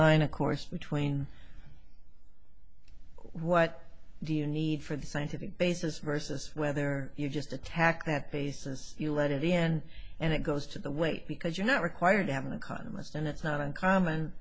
line of course between what do you need for the scientific basis versus whether you just attack that basis you let it in and it goes to wait because you're not required to have an economist and it's not uncommon